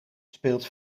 speelt